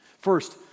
First